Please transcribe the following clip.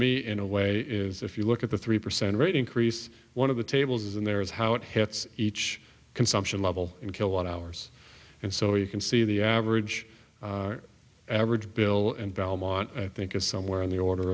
me in a way is if you look at the three percent rate increase one of the tables in there is how it hits each consumption level in kilowatt hours and so you can see the average average bill and belmont i think is somewhere in the order